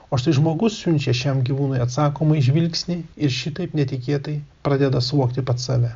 o štai žmogus siunčia šiam gyvūnui atsakomąjį žvilgsnį ir šitaip netikėtai pradeda suvokti pats save